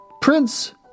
Prince